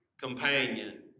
companion